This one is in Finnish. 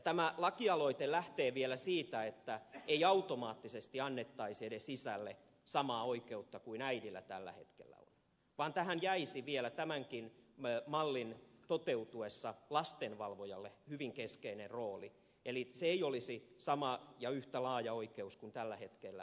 tämä lakialoite lähtee vielä siitä että ei automaattisesti edes annettaisi isälle samaa oikeutta kuin äidillä tällä hetkellä on vaan tähän jäisi vielä tämänkin mallin toteutuessa lastenvalvojalle hyvin keskeinen rooli eli se ei olisi sama ja yhtä laaja oikeus kuin tällä hetkellä äideillä on